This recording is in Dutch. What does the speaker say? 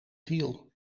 viel